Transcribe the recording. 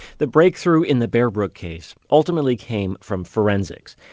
the breakthrough in the bear brook case ultimately came from forensics.